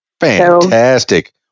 Fantastic